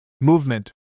Movement